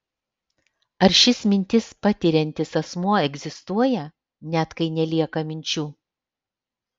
ar šis mintis patiriantis asmuo egzistuoja net kai nelieka minčių